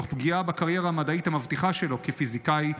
תוך פגיעה בקריירה המדעית המבטיחה שלו כפיזיקאי,